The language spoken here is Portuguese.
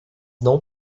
não